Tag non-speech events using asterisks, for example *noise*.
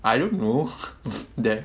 I don't know *breath* that